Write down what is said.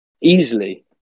easily